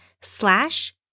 slash